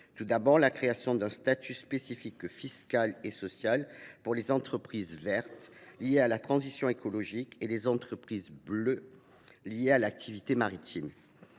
d’une part, la création d’un statut spécifique, fiscal et social, pour les entreprises « vertes » liées à la transition écologique et pour les entreprises « bleues » liées à l’activité maritime,